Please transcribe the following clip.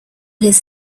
his